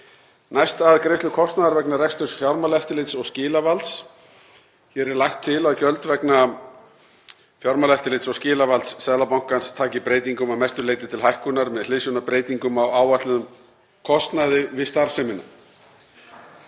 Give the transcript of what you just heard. Næst að greiðslu kostnaðar vegna reksturs Fjármálaeftirlits og skilavalds. Hér er lagt til að gjöld vegna Fjármálaeftirlits og skilavalds Seðlabankans taki breytingum, að mestu leyti til hækkunar, með hliðsjón af breytingum á áætluðum kostnaði við starfsemina.